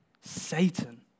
Satan